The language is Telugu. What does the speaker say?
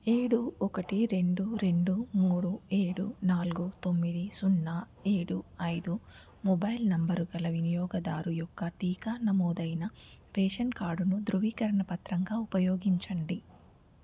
ఏడు ఒకటి రెండు రెండు మూడు ఏడు నాలుగు తొమ్మిది సున్న ఏడు ఐదు మొబైల్ నంబరు గల వినియోగదారు యొక్క టీకా నమోదైన రేషన్ కార్డ్ను ధృవీకరణ పత్రంగా ఉపయోగించండి